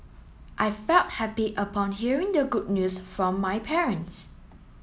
I felt happy upon hearing the good news from my parents